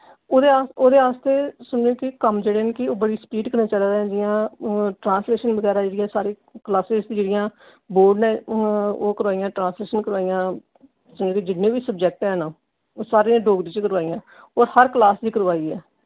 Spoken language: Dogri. ओह्दे ओह्दे आस्तै समझी लैओ कम्म जेह्ड़े न कि ओह् बड़ी स्पीड कन्नै चला दे न जि'यां ट्रांसलेशन बगैरा जि'यां साढ़े क्लासेस जेह्ड़ियां बोर्ड ने ओह् कराइयां ट्रांसलेशन करोआइयां समझी लैओ जिन्ने बी प्रोजैक्ट हैन ओह् सारी डोगरी च करोआइयां और हर क्लास दी करोआई ऐ